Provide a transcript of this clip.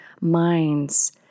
minds